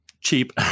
cheap